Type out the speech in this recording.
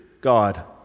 God